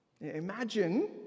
Imagine